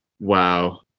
Wow